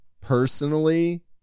personally